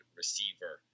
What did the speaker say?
receiver